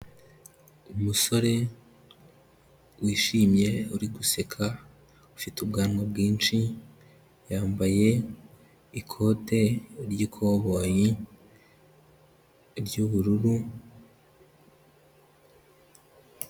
Umusore wishimye uri guseka ufite ubwanwa bwinshi, yambaye ikote ry'ikoboyi ry'ubururu...